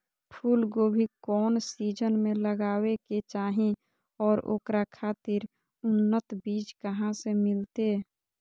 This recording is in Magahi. फूलगोभी कौन सीजन में लगावे के चाही और ओकरा खातिर उन्नत बिज कहा से मिलते?